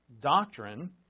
doctrine